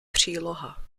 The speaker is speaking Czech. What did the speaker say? příloha